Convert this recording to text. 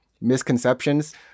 misconceptions